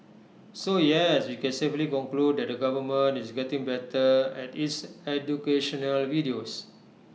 so yes we can safely conclude that the government is getting better at its educational videos